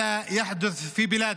תרגומם:)